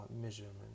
measurement